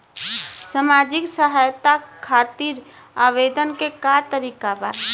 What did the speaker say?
सामाजिक सहायता खातिर आवेदन के का तरीका बा?